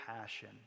passion